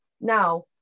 Now